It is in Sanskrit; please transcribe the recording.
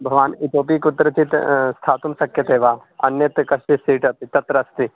भवान् इतोऽपि कुत्रचित् स्थातुं शक्यते वा अन्यस्य कस्य सीट् अस्ति तत्र अस्ति